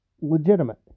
legitimate